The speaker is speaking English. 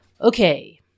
Okay